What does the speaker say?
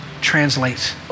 translates